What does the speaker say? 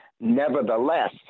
Nevertheless